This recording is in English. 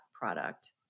product